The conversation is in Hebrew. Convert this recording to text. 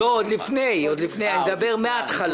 לא, עוד לפני, אני מדבר מההתחלה.